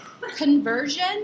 conversion